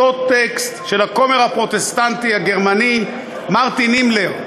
אותו טקסט של הכומר הפרוטסטנטי הגרמני מרטין נימלר.